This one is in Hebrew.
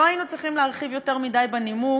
לא היינו צריכים להרחיב יותר מדי בנימוק